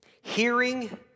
hearing